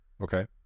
Okay